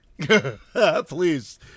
Please